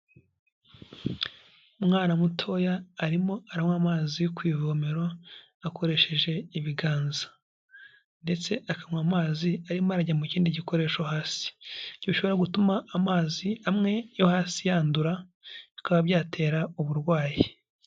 Umwana mutoya arimo aranywa amazi yo ku ivomero akoresheje ibiganza, ndetse akanywa amazi arimo arajya mu kindi gikoresho hasi, ibyo bishobora gutuma amazi amwe yo hasi yandura, bikaba byatera uburwayi.